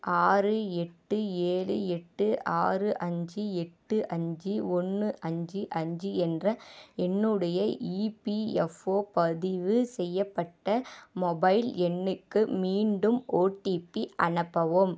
ஆறு எட்டு ஏழு எட்டு ஆறு அஞ்சு எட்டு அஞ்சு ஒன்று அஞ்சு அஞ்சு என்ற என்னுடைய இபிஎஃப்ஓ பதிவு செய்யப்பட்ட மொபைல் எண்ணுக்கு மீண்டும் ஓடிபி அனுப்பவும்